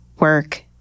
Work